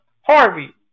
Harvey